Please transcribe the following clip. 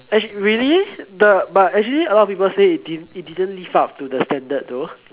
really the but actually a lot people say it didn't live up to the standard though